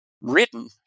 written